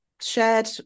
shared